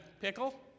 pickle